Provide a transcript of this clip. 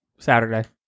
Saturday